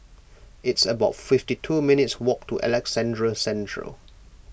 it's about fifty two minutes' walk to Alexandra Central